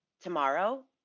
Tomorrow